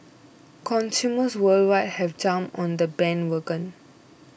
consumers worldwide have jumped on the bandwagon